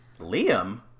Liam